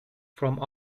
from